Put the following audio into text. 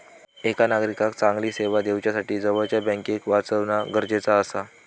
एका नागरिकाक चांगली सेवा दिवच्यासाठी जवळच्या बँकेक वाचवणा गरजेचा आसा